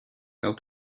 out